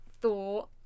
thought